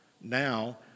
Now